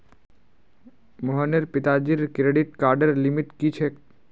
मोहनेर पिताजीर क्रेडिट कार्डर लिमिट की छेक